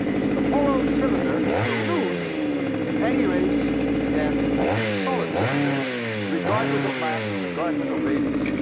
so the hollow cylinder will lose in any race against a solid cylinder regardless of mass, regardless of radius,